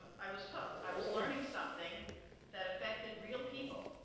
i was hooked. i was learning something that affected real people.